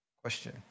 question